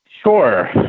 Sure